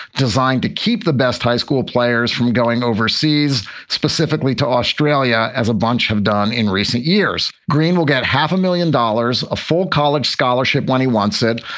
designed to keep the best high school players from going overseas specifically to australia, as a bunch have done in recent years. green will get half a million dollars a full college scholarship when he wants it.